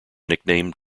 nickname